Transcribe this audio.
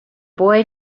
boy